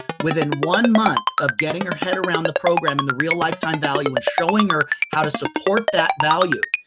within one month of getting her head around the program and the real lifetime value in showing her how to support that value,